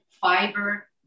fiber